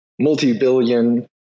multi-billion